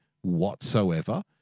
whatsoever